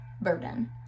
burden